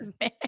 man